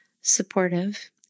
supportive